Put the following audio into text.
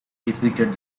defeated